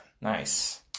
Nice